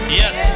yes